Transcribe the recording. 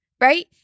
right